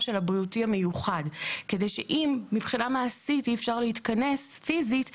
הבריאותי המיוחד כדי שאם מבחינה מעשית אי אפשר להתכנס פיזית,